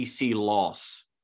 loss